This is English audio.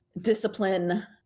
discipline